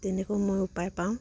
তেনেকৈ মই উপায় পাওঁ